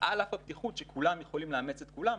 על-אף הפתיחות שכולם יכולים לאמץ את כולם,